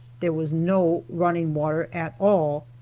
there was no running water at all.